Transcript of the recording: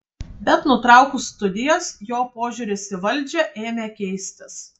bet nutraukus studijas jo požiūris į valdžią ėmė keistis